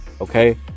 Okay